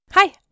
Hi